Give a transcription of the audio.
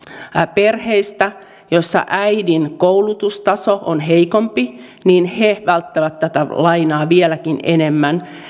perheistä joissa äidin koulutustaso on heikompi välttävät tätä lainaa vieläkin enemmän